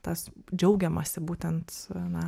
tas džiaugiamasi būtent na